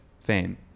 Fame